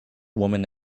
women